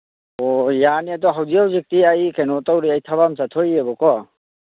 ꯑꯣ ꯌꯥꯅꯤ ꯑꯗꯣ ꯍꯧꯖꯤꯛ ꯍꯧꯖꯤꯛꯇꯤ ꯑꯩ ꯀꯩꯅꯣ ꯇꯧꯔꯤ ꯑꯩ ꯊꯕꯛ ꯑꯃ ꯆꯠꯊꯣꯛꯏꯕꯀꯣ